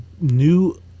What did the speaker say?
new